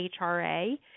HRA